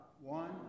one